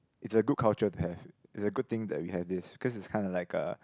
it's a good culture to have is a good thing that we have this cause it's kinda of like a